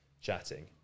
chatting